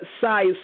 size